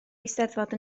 eisteddfod